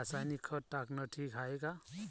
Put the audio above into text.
रासायनिक खत टाकनं ठीक हाये का?